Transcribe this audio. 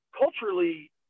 culturally